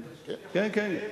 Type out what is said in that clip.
כן, כן.